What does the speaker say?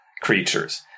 creatures